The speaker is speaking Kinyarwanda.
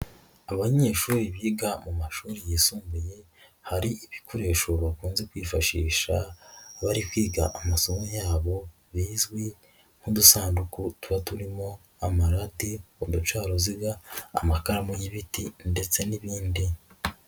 Abanyeshuri biga mu mashuri yisumbuye hari ibikoresho bakunze kwifashisha bari kwiga amasomo yabo bizwi nk'udusanduku tuba turimo amarati, uducaruziga ,amakaramu y'ibiti ndetse n'ibindi.